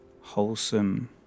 wholesome